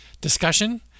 discussion